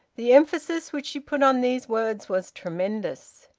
the emphasis which she put on these words was tremendous.